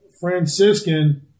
Franciscan